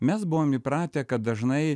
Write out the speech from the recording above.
mes buvom įpratę kad dažnai